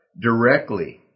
directly